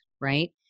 right